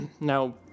Now